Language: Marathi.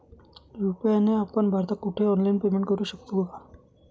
यू.पी.आय ने आपण भारतात कुठेही ऑनलाईन पेमेंट करु शकतो का?